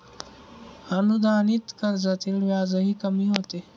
अनुदानित कर्जातील व्याजही कमी होते